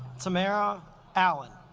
tamara alan